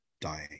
dying